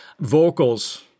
Vocals